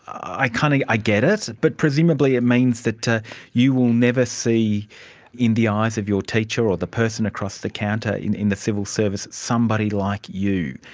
i kind of i get it, but presumably it means that you will never see in the eyes of your teacher or the person across the counter in in the civil service somebody like you,